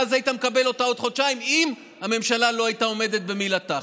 ואז היית מקבל אותה עוד חודשיים אם הממשלה לא הייתה עומדת במילתה.